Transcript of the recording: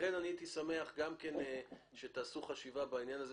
לכן הייתי שמח שתעשו חשיבה בעניין הזה